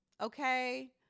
Okay